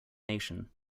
nation